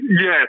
Yes